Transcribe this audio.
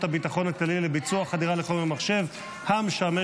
הביטחון הכללי לביצוע חדירה לחומר מחשב המשמש